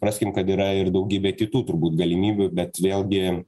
praskim kad yra ir daugybė kitų turbūt galimybių bet vėlgi